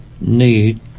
need